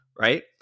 right